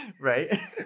Right